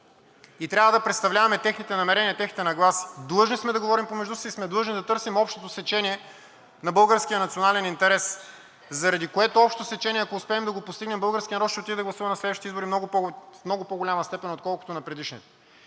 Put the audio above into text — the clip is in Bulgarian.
и трябва да представляваме техните намерения, техните нагласи. Длъжни сме да говорим помежду си и сме длъжни да търсим общото сечение на българския национален интерес, заради което общо сечение, ако успеем да го постигнем, българският народ ще отиде да гласува на следващите избори в много по-голяма степен, отколкото на предишните.